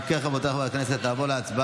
אם כן, רבותיי חברי הכנסת, נעבור להצבעה.